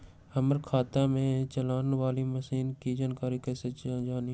हमारे खेत में चलाने वाली मशीन की जानकारी कैसे जाने?